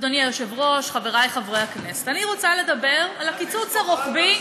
לדבר על הקיצוץ הרוחבי